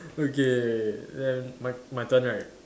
okay then my my turn right